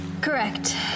Correct